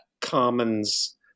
commons